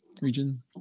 region